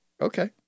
Okay